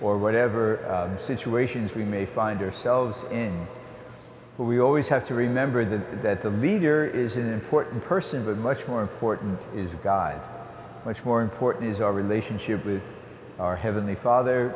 or whatever situations we may find ourselves in but we always have to remember that that the leader is an important person but much more important is a guide much more important is our relationship with our heavenly father